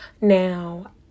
Now